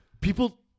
people